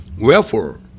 Wherefore